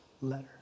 letter